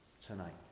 tonight